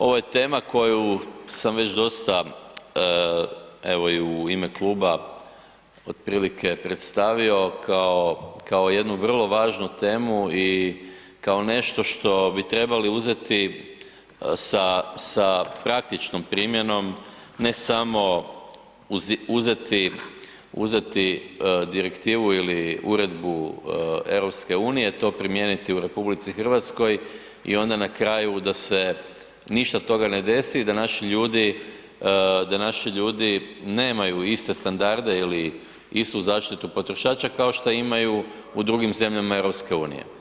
Ovo je tema koju sam već dosta, evo i u ime kluba otprilike predstavio kao, kao jednu vrlo važnu temu i kao nešto što bi trebali uzeti sa, sa praktičnom primjenom, ne samo uzeti, uzeti direktivu ili uredbu EU, to primijeniti u RH i onda na kraju da se ništa od toga ne desi i da naši ljudi, da naši ljudi nemaju iste standarde ili istu zaštitu potrošača kao šta imaju u drugim zemljama EU.